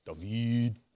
David